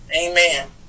amen